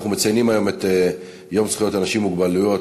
אנחנו מציינים היום את יום זכויות האנשים עם מוגבלויות.